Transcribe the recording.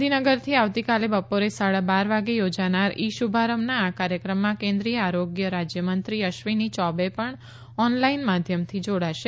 ગાંધીનગરથી આવતીકાલે બપોરે સાડા બાર વાગે યોજાનાર ઇ શુભારંભના આ કાર્યક્રમમાં કેન્દ્રિય આરોગ્ય રાજ્યમંત્રી અશ્વીની ચૌબે પણ ઓનલાઇન માધ્યમથી જોડાશે